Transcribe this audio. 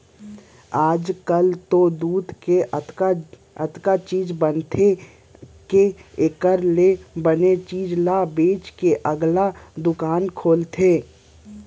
आजकाल तो दूद के अतका चीज बनत हे के एकर ले बने चीज ल बेचे के अलगे दुकान खुलत हे